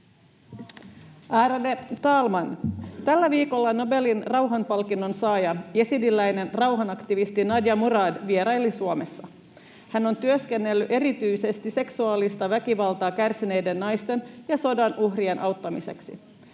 Ärade talman! Tällä viikolla Nobelin rauhanpalkinnon saaja, jesidiläinen rauhanaktivisti Nadia Murad vieraili Suomessa. Hän on työskennellyt erityisesti seksuaalista väkivaltaa kärsineiden naisten ja sodan uhrien auttamiseksi.